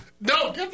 No